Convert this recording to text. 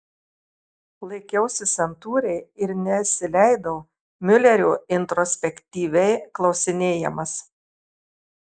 laikiausi santūriai ir nesileidau miulerio introspektyviai klausinėjamas